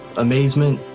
amazement,